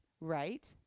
right